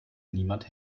niemand